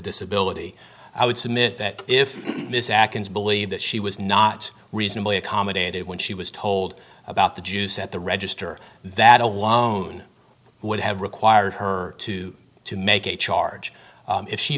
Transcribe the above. disability i would submit that if this act is believe that she was not reasonably accommodated when she was told about the jews at the register that alone would have required her to make a charge if she